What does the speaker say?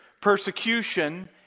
Persecution